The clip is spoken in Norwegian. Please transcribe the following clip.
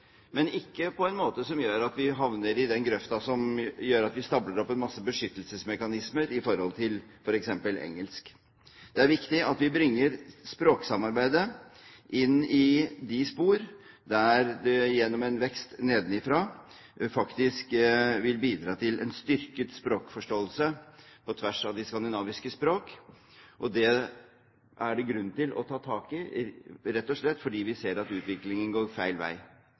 men ikke på en måte som gjør at vi havner i den grøfta at vi stabler opp en masse beskyttelsesmekanismer mot f.eks. engelsk. Det er viktig at vi bringer språksamarbeidet inn i de spor der det gjennom en vekst nedenfra faktisk vil bidra til en styrket språkforståelse på tvers av de skandinaviske språk. Det er det grunn til å ta tak i, rett og slett fordi vi ser at utviklingen går feil vei.